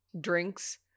drinks